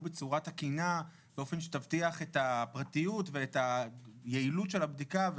בצורה תקינה באופן שיבטיח את הפרטיות ואת היעילות של הבדיקה,